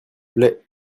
plait